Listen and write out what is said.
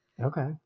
okay